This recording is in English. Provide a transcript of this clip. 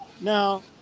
Now